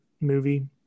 movie